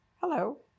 Hello